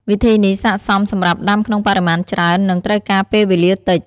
វិធីនេះស័ក្តិសមសម្រាប់ដាំក្នុងបរិមាណច្រើន និងត្រូវការពេលវេលាតិច។